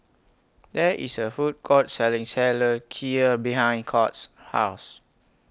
There IS A Food Court Selling seller Kheer behind Scott's House